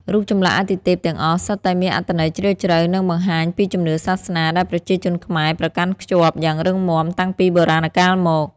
រូបចម្លាក់អាទិទេពទាំងអស់សុទ្ធតែមានអត្ថន័យជ្រាលជ្រៅ និងបង្ហាញពីជំនឿសាសនាដែលប្រជាជនខ្មែរប្រកាន់ខ្ជាប់យ៉ាងរឹងមាំតាំងពីបុរាណកាលមក។